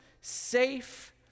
safe